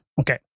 Okay